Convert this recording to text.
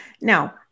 Now